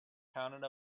counted